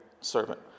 servant